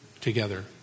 together